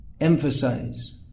emphasize